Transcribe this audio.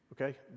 okay